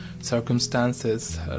circumstances